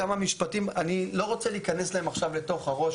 אני לא רוצה להיכנס להם עכשיו לתוך הראש,